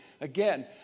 Again